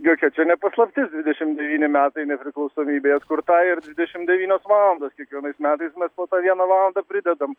jokia čia ne paslaptis dvidešimt devyni metai nepriklausomybė atkurta ir dvidešimt devynios valandos kiekvienais metais mes po vieną valandą pridedam